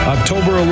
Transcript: October